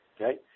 Okay